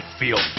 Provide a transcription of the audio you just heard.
feel